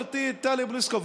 חברתי טלי פלוסקוב,